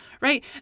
right